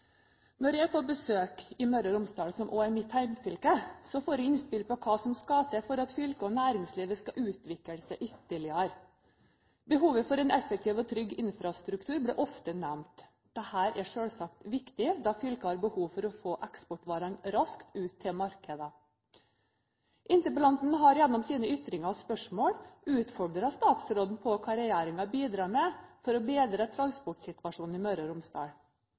Når jeg er på besøk i Møre og Romsdal, som også er mitt hjemfylke, får jeg innspill på hva som skal til for at fylket og næringslivet skal utvikle seg ytterligere. Behovet for en effektiv og trygg infrastruktur blir ofte nevnt. Dette er selvsagt viktig, da fylket har behov for å få eksportvarene raskt ut til markedene. Interpellanten har gjennom sine ytringer og spørsmål utfordret statsråden på hva regjeringen bidrar med for å bedre transportsituasjonen i Møre og Romsdal.